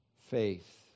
faith